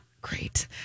Great